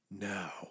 Now